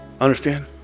understand